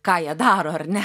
ką jie daro ar ne